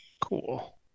cool